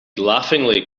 laughingly